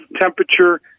temperature